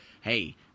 hey